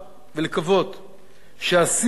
שהשיח והמעשה, גם בכנסת